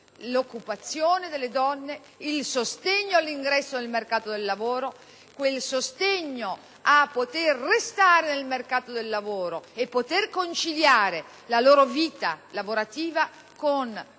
l'occupazione delle donne, il sostegno all'ingresso nel mercato del lavoro, quel sostegno a poter restare dentro questo mercato e a conciliare la loro vita lavorativa con quel